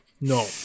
No